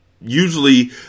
Usually